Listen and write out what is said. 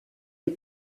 les